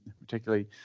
particularly